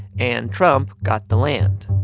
and trump got the land.